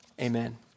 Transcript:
Amen